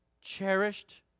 cherished